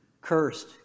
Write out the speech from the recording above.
Cursed